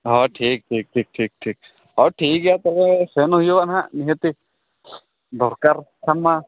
ᱦᱚᱭ ᱴᱷᱤᱠ ᱴᱷᱤᱠ ᱴᱷᱤᱠ ᱴᱷᱤᱠ ᱴᱷᱤᱠ ᱦᱮᱸ ᱴᱷᱤᱠᱜᱮᱭᱟ ᱛᱚᱵᱮ ᱥᱮᱱ ᱦᱩᱭᱩᱜᱼᱟ ᱱᱟᱦᱟᱜ ᱡᱟᱦᱟᱸᱛᱤᱥ ᱫᱚᱨᱠᱟᱨ ᱠᱷᱟᱱ ᱢᱟ